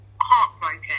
Heartbroken